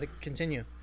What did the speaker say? Continue